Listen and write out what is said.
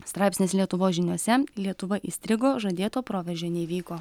straipsnis lietuvos žiniose lietuva įstrigo žadėto proveržio neįvyko